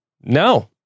No